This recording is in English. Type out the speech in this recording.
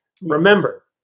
remember